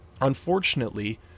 unfortunately